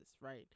right